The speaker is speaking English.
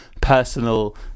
personal